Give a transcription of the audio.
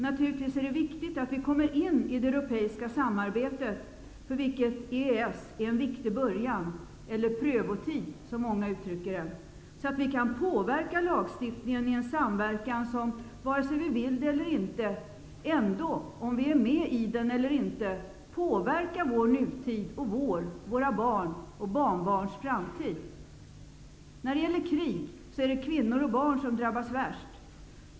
Naturligtvis är det viktigt att vi kommer in i det europeiska samarbetet, för vilket EES är en viktig början -- eller prövotid, som många uttrycker det --, så att vi kan påverka lagstiftningen i en samverkan som, vare sig vi vill det eller inte, ändå, vare sig vi är med i den eller inte, påverkar vår nutid och vår, våra barn och barnbarns framtid. När det gäller krig är det kvinnor och barn som drabbas värst.